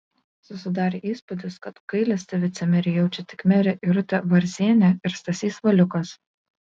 susidarė įspūdis kad gailestį vicemerei jaučia tik merė irutė varzienė ir stasys valiukas